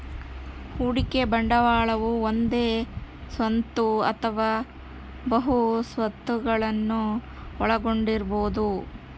ಹೂಡಿಕೆ ಬಂಡವಾಳವು ಒಂದೇ ಸ್ವತ್ತು ಅಥವಾ ಬಹು ಸ್ವತ್ತುಗುಳ್ನ ಒಳಗೊಂಡಿರಬೊದು